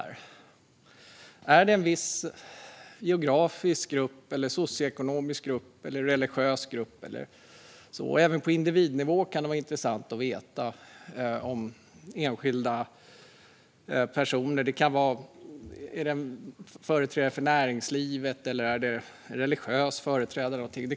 Är det en viss geografisk, socioekonomisk eller religiös grupp? Även på individnivå kan det vara intressant att veta vilka enskilda personer det rör sig om. Är det en företrädare för näringslivet, eller är det en religiös företrädare?